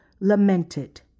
lamented